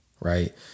right